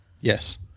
Yes